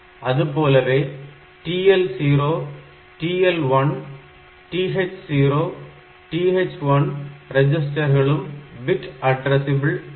அதுபோலவே TL0 TL1 TH0 TH1 ரெஜிஸ்டர்களும் bit addressable இல்லை